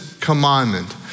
commandment